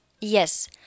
Yes